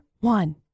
one